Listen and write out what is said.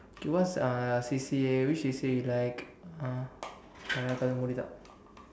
okay what's uh C_C_A which C_C_A you like uh